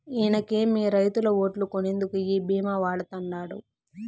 ఇనకేమి, రైతుల ఓట్లు కొనేందుకు ఈ భీమా వాడతండాడు